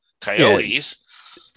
Coyotes